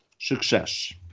success